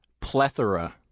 Plethora